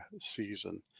season